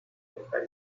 bajar